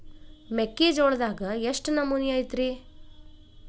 ಮೆಕ್ಕಿಜೋಳದಾಗ ಎಷ್ಟು ನಮೂನಿ ಐತ್ರೇ?